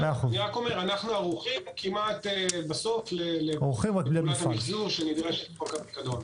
אני רק אומר שאנחנו כמעט בסוף ההיערכות לפעולת המיחזור שנדרשת לפיקדון.